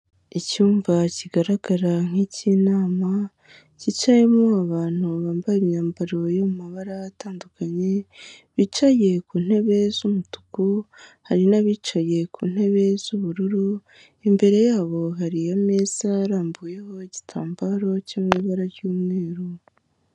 Icyumba kigaragara nk'icy'inama cyicayemo abantu bambaye imyambaro iri mu mabara atandukanye, bicaye ku ntebe z'umutuku hari n'abicaye ku ntebe z'ubururu, imbere yabo hari ameza arambuyeho igitambaro cyo mu mabara ry'umweru.